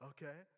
Okay